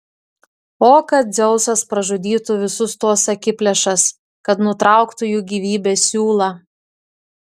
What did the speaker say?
o kad dzeusas pražudytų visus tuos akiplėšas kad nutrauktų jų gyvybės siūlą